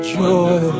joy